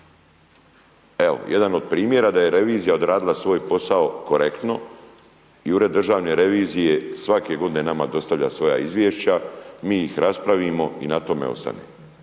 Evo, jedan od primjera da je revizija odradila svoj posao korektno i Ured državne revizije svake godine nama dostavlja svoja izvješća, mi ih raspravimo i na tome ostane.